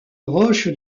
roche